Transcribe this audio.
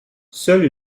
seule